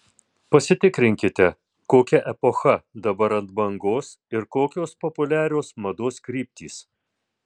pasitikrinkite kokia epocha dabar ant bangos ir kokios populiarios mados kryptys